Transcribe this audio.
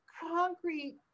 concrete